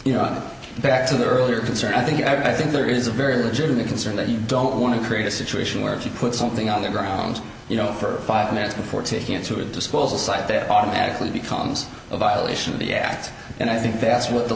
the backs of the earlier concern i think i think there is a very legitimate concern that you don't want to create a situation where if you put something on the ground you know for five minutes before taking it to a disposal site that automatically becomes a violation of the act and i think that's what the